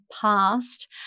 past